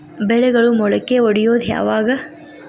ಬೆಳೆಗಳು ಮೊಳಕೆ ಒಡಿಯೋದ್ ಯಾವಾಗ್?